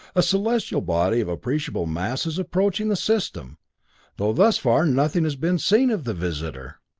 a celestial body of appreciable mass is approaching the system though thus far nothing has been seen of the visitor!